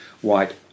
White